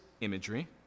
imagery